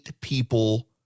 people